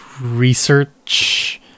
research